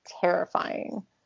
terrifying